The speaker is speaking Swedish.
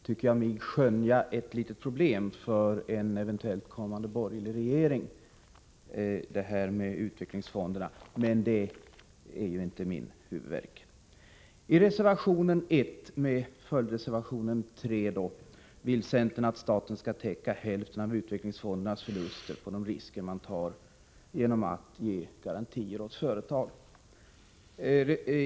Herr talman! Bakom det här betänkandet tycker jag mig skönja ett litet problem för en eventuellt kommande borgerlig regering — det gäller utvecklingsfonderna — men det är ju inte min huvudvärk. I reservation 1, med följdreservation 3, vill centern att staten skall täcka hälften av utvecklingsfondernas förluster på de risker som man tar genom att ge garantier åt företag.